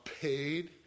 paid